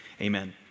Amen